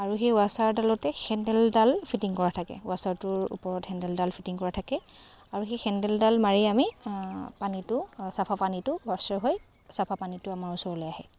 আৰু সেই ৱাশ্বাৰডালতে হেণ্ডেলডাল ফিটিং কৰা থাকে ৱাশ্বাৰটোৰ ওপৰত হেণ্ডেলডাল ফিটিং কৰা থাকে আৰু সেই হেণ্ডেলডাল মাৰি আমি পানীটো চাফা পানীটো ৱাশ্বাৰ হৈ চাফা পানীটো আমাৰ ওচৰলৈ আহে